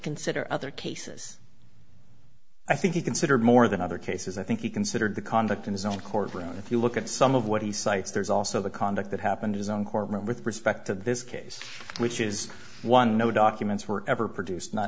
consider other cases i think you considered more than other cases i think he considered the conduct in his own courtroom and if you look at some of what he cites there's also the conduct that happened his own court with respect to this case which is one no documents were ever produced not